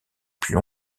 plus